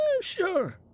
sure